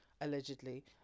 allegedly